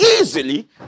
easily